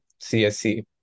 CSC